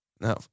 No